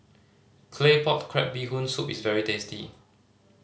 Claypot Crab Bee Hoon Soup is very tasty